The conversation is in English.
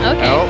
Okay